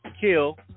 kill